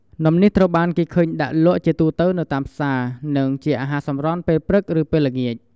នំនេះត្រូវបានគេឃើញដាក់លក់ជាទូទៅតាមទីផ្សារ និងជាអាហារសម្រន់ពេលព្រឹក ឬពេលល្ងាច។